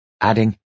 adding